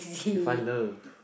if find love